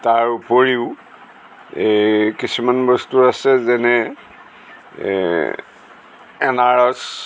তাৰ উপৰিও এই কিছুমান বস্তু আছে যেনে এনাৰছ